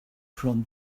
from